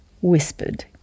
whispered